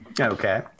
Okay